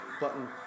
button